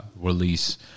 release